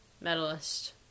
medalist